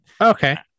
okay